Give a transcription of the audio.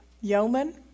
Yeoman